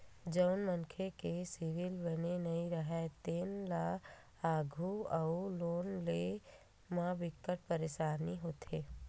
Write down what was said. जउन मनखे के सिविल बने नइ राहय तेन ल आघु अउ लोन लेय म बिकट परसानी होथे